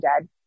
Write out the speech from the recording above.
Dead